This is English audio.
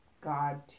God